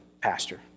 Pastor